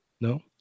no